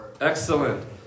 Excellent